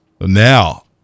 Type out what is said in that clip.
Now